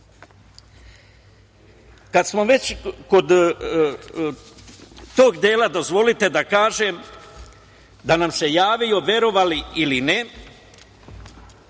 CIA.Kad smo već kod tog dela, dozvolite da kažem da nam se javio, verovali ili ne,